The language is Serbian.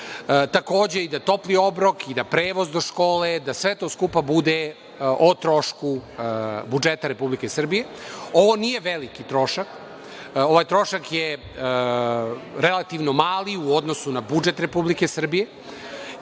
Takođe i da topli obrok i da prevoz do škole, da sve to skupa bude o trošku budžeta Republike Srbije. Ovo nije veliki trošak. Ovaj trošak je relativno mali u odnosu na budžet Republike Srbije